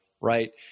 right